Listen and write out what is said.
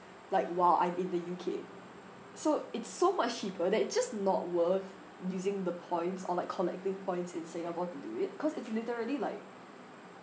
like while I'm in the U_K so it's so much cheaper that it's just not worth using the points or like collecting points in singapore to do it cause it's literally like